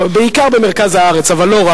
בעיקר במרכז הארץ אבל לא רק,